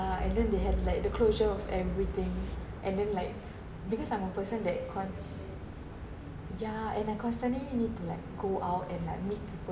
ya and then they have like the closure of everything and then like because I'm a person that con~ ya and I constantly need need to like go out and like meet people